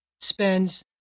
spends